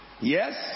Yes